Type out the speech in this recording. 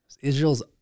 Israel's